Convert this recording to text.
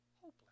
hopeless